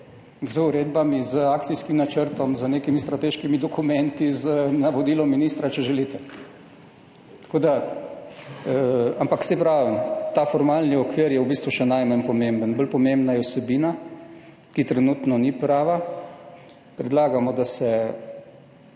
z uredbami, z akcijskim načrtom, z nekimi strateškimi dokumenti, z navodilom ministra, če želite, ampak saj pravim, ta formalni okvir je v bistvu še najmanj pomemben, bolj pomembna je vsebina, ki trenutno ni prava. Predlagamo, da se